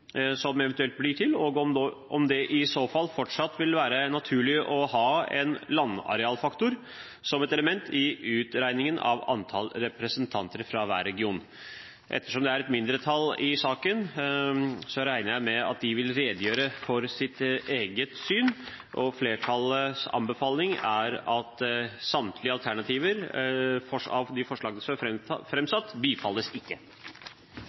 som eventuelt blir til, og om det i så fall fortsatt vil være naturlig å ha en landarealfaktor som et element i utregningen av antall representanter fra hver region. Ettersom det er et mindretall i saken, regner jeg med at de vil redegjøre for sitt syn. Flertallets anbefaling er at samtlige alternativer av de forslagene som er framsatt, bifalles ikke.